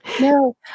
No